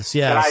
yes